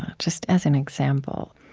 ah just as an example.